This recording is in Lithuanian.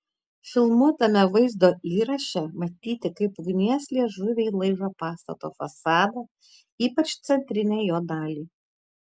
filmuotame vaizdo įraše matyti kaip ugnies liežuviai laižo pastato fasadą ypač centrinę jo dalį